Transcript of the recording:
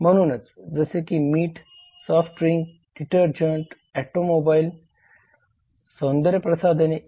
म्हणूनच जसे की मीठ सॉफ्ट ड्रिंक डिटर्जंट ऑटोमोबाईल सौंदर्यप्रसाधने इ